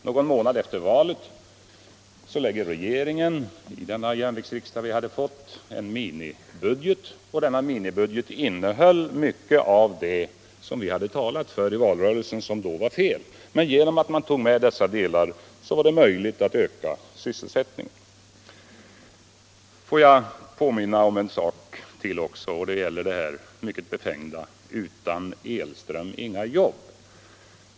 Någon månad efter valet framlade regeringen i den jämviktsriksdag som landet hade fått en minimibudget, som innehöll mycket av det som vi centerpartister hade talat för i valrörelsen men som då ansågs vara fel. Genom att man tog med dessa delar var det emellertid möjligt att öka sysselsättningen. Får jag påminna om en sak till. Det gäller det mycket befängda uttrycket ”Utan elström inga jobb”.